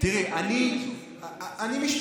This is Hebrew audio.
יכול